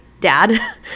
dad